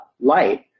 light